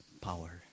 power